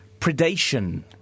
Predation